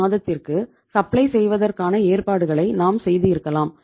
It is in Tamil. ஒரு மாதத்திற்கு சப்ளை செய்வதற்கான ஏற்பாடுகளை நாம் செய்து இருக்கலாம்